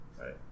Right